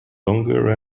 longer